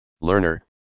Learner